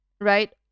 right